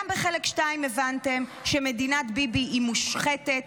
גם בחלק 2 הבנתם שמדינת ביבי היא מושחתת,